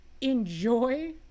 enjoy